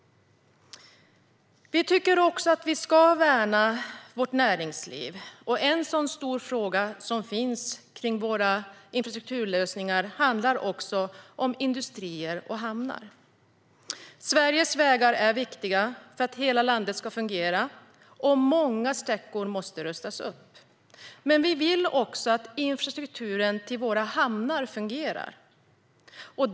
Vi tycker att man ska värna vårt näringsliv. En stor fråga som finns kring våra infrastrukturlösningar handlar om industrier och hamnar. Sveriges vägar är viktiga för att hela landet ska fungera, och många sträckor måste rustas upp. Infrastrukturen till våra hamnar måste fungera.